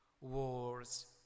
wars